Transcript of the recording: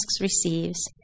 receives